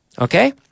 Okay